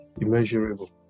immeasurable